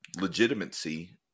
legitimacy